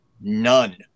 None